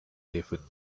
deafened